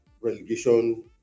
relegation